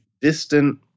distant